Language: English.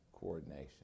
coordination